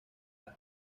las